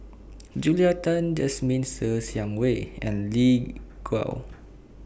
Julia Tan Jasmine Ser Xiang Wei and Lin Gao